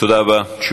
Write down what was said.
תודה רבה לך, אדוני.